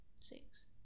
six